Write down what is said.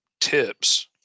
tips